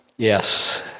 Yes